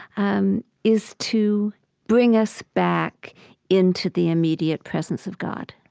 um is to bring us back into the immediate presence of god